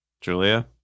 Julia